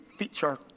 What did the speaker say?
feature